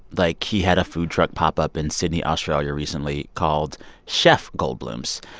like, he had a food truck pop up in sydney, australia, recently called chef goldblum's.